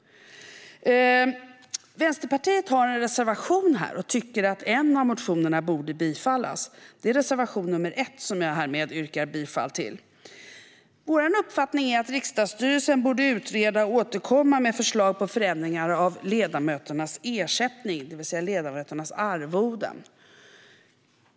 Vi i Vänsterpartiet har en reservation om att en av motionerna borde bifallas. Det är reservation nr 1, som jag härmed yrkar bifall till. Vår uppfattning är att riksdagsstyrelsen borde utreda och återkomma med förslag på förändringar av ledamöternas ersättning, det vill säga ledamöternas arvoden.